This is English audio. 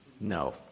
No